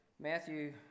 Matthew